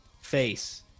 face